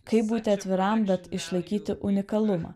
kaip būti atviram bet išlaikyti unikalumą